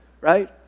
Right